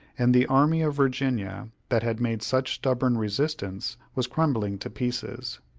and the army of virginia, that had made such stubborn resistance, was crumbling to pieces.